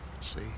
see